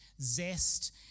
zest